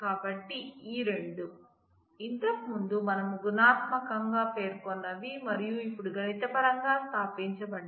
కాబట్టి ఈ రెండు ఇంతకు ముందు మనం గుణాత్మకంగా పేర్కొన్న వి మరియు ఇప్పుడు గణితపరంగా స్థాపించబడ్డాయి